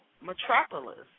Metropolis